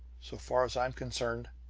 so far as i'm concerned,